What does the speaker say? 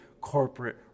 corporate